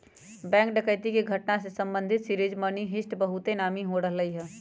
bank डकैती के घटना से संबंधित सीरीज मनी हीस्ट बहुते नामी हो रहल हइ